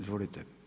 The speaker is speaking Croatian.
Izvolite.